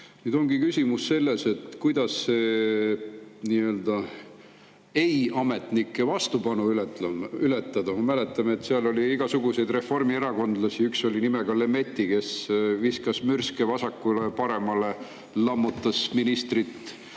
Nüüd ongi küsimus selles, kuidas "ei-ametnike" vastupanu ületada. Mäletame, et seal oli igasuguseid reformierakondlasi. Üks oli nimega Lemetti, kes viskas mürske vasakule-paremale, lammutas ministrit